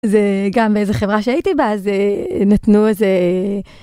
זה גם באיזה חברה שהייתי בה אז נתנו איזה